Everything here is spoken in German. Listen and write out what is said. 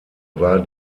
war